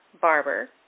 barber